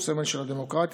הוא סמל של הדמוקרטיה,